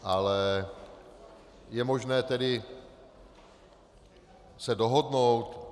Ale je možné tedy se dohodnout?